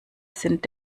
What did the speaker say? sind